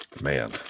Man